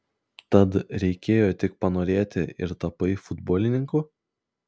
tad reikėjo tik panorėti ir tapai futbolininku